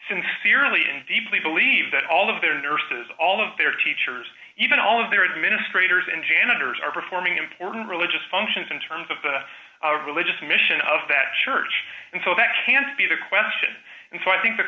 sincerely and deeply believe that all of their nurses all of their teachers even all of their administrators and janitors are performing important religious functions in terms of the religious mission of that church and so that can't be the question and so i think the